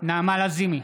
נעמה לזימי,